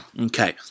Okay